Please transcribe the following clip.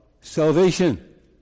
salvation